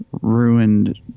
ruined